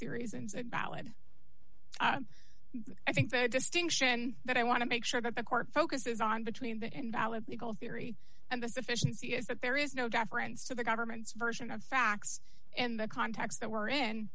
theories and valid i think the distinction that i want to make sure that the court focuses on between that and valid legal theory and the sufficiency is that there is no deference to the government's version of facts and the context that we're